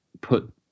put